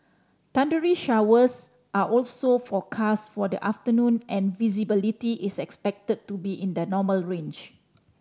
thundery showers are also forecast for the afternoon and visibility is expected to be in the normal range